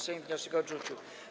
Sejm wniosek odrzucił.